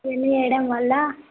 journey చేయడం వల్ల